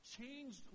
changed